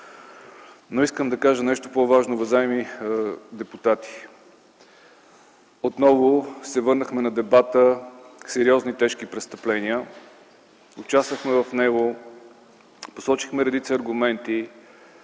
Искам да кажа нещо по-важно, уважаеми депутати. Отново се върнахме на дебата за сериозни тежки престъпления. Участвахме в него, посочихме редица аргументи,